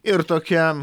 ir tokia